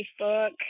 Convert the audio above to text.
Facebook